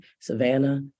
Savannah